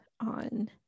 on